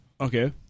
Okay